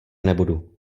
nebudu